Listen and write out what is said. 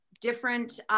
different